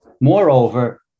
Moreover